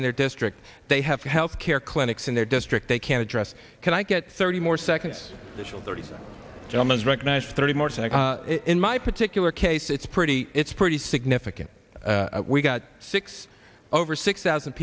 in their district they have health care clinics in their district they can address can i get thirty more seconds usual thirty dollars recognize thirty more seconds in my particular case it's pretty it's pretty significant we got six over six thousand